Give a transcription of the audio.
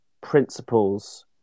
principles